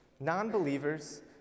non-believers